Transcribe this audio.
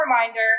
reminder